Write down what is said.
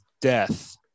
death